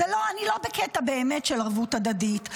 אני לא באמת בקטע של ערבות הדדית,